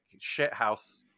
shithouse